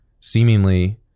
seemingly –